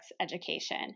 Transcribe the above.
education